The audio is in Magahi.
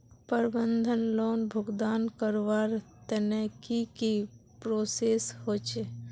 प्रबंधन लोन भुगतान करवार तने की की प्रोसेस होचे?